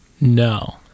no